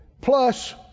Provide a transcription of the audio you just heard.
plus